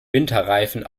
winterreifen